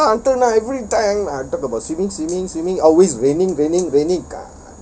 ya until now every time I talk about swimming swimming swimming always raining raining raining